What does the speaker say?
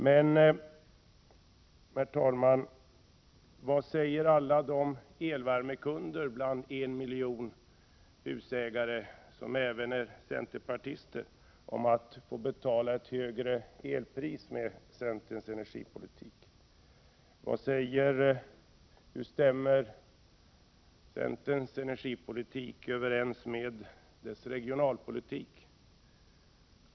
Men, herr talman, vad säger alla de elvärmekunder bland en miljon husägare, som även är centerpartister, om att med centerns energipolitik få betala ett högre elpris? Hur stämmer centerns energipolitik överens med dess regionalpolitik?